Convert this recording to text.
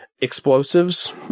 Explosives